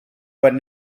but